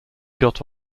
got